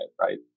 right